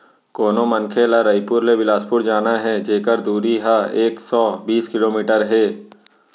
कोनो मनखे ल रइपुर ले बेलासपुर जाना हे जेकर दूरी ह एक सौ बीस किलोमीटर हे